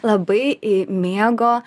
labai e mėgo